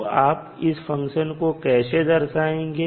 तो आप इस फंक्शन को कैसे दर्शाएंगे